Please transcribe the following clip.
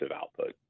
output